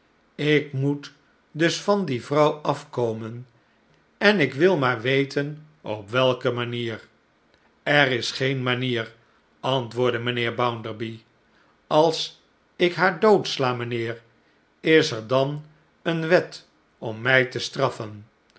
ik moet dus van die vrouw afkomen en ik wil maar weten op welke manier er is geen manier antwoordde mijnheer bounderby als ik haar doodsla mijnheer is er dan eene wet om mij te straffen